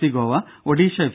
C Goa Odisha F